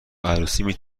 عروسی